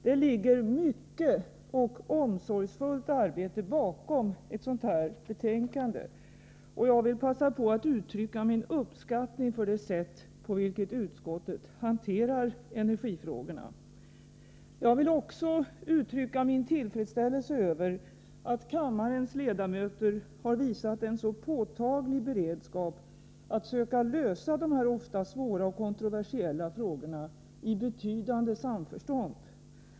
Det ligger mycket och omsorgsfullt arbete bakom detta betänkande. Jag vill passa på att uttrycka min uppskattning för det sätt på vilket utskottet hanterar energifrågorna. Jag vill också uttrycka min tillfredsställelse över att kammarens ledamöter visat en så påtaglig beredskap att försöka lösa de här ofta svåra och kontroversiella frågorna i betydande samförstånd.